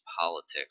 politics